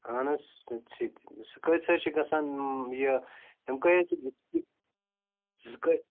اَہَن حظ سُہ تہِ چھِ کٕتِس حظ چھِ گَژھان یہِ یِم کٔہۍ حظ چھِ